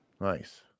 nice